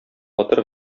батыр